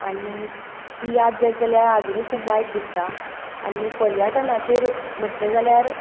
आनी ती याद जायत जाल्यार आजुनूय वायट दिसता आनी पर्यटनाचेर म्हणलें जाल्यार